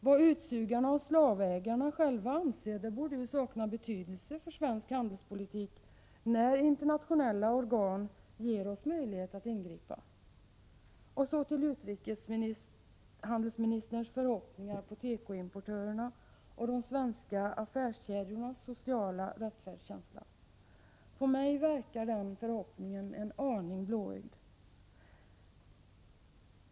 Vad utsugarna och slavägarna själva anser borde sakna betydelse för svensk handelspolitik, när internationella organ ger oss möjlighet att ingripa. Jag övergår så till utrikeshandelsministerns förhoppningar om tekoimportörernas och de svenska affärskedjornas sociala rättfärdighetskänsla. På mig verkar den förhoppningen en aning blåögd.